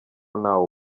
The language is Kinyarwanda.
ntawo